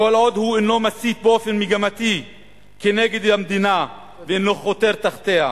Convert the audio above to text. כל עוד הוא אינו מסית באופן מגמתי נגד המדינה ואינו חותר תחתיה,